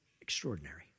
extraordinary